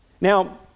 Now